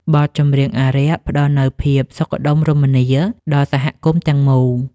បទចម្រៀងអារក្ស ផ្ដល់នូវភាពសុខដុមរមនាដល់សហគមន៍ទាំងមូល។